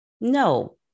No